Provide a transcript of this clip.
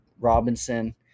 Robinson